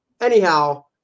anyhow